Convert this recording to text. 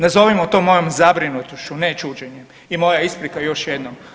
Nazovimo to mojom zabrinutošću, ne čuđenjem i moja isprika još jednom.